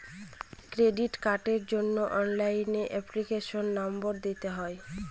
credit কার্ডের জন্য অনলাইনে এপ্লিকেশনের নম্বর দিতে হয়